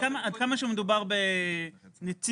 כמה שמדובר בנציג